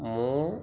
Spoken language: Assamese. মোৰ